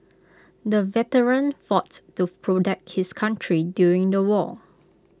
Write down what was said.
the veteran foughts to protect his country during the war